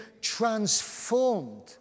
transformed